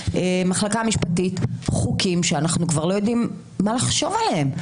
והמחלקה המשפטית חוקים שאנחנו לא יודעים מה לחשוב עליהם.